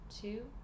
Two